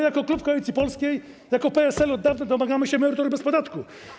Jako klub Koalicji Polskiej, jako PSL od dawna domagamy się emerytury bez podatku.